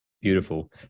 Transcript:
beautiful